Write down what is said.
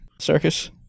circus